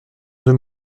deux